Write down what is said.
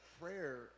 prayer